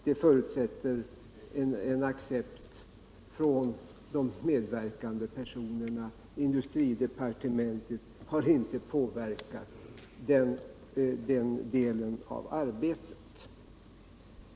Det förutsätter bara en accept från de medverkande personerna. Industridepartementet har inte påverkat den delen av arbetet.